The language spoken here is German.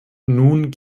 nun